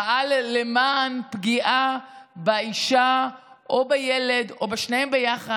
פעל למען פגיעה באישה או בילד או בשניהם יחד,